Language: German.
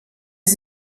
sie